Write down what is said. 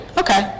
okay